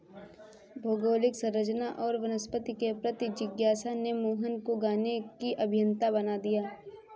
भौगोलिक संरचना और वनस्पति के प्रति जिज्ञासा ने मोहन को गाने की अभियंता बना दिया